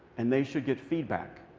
and they should get feedback.